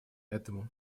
этому